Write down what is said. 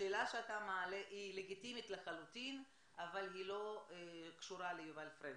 השאלה שאתה מעלה היא לגיטימית לחלוטין אבל היא לא קשורה ליובל פרנקל,